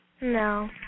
No